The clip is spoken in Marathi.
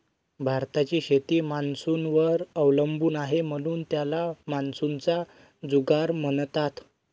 भारताची शेती मान्सूनवर अवलंबून आहे, म्हणून त्याला मान्सूनचा जुगार म्हणतात